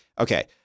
Okay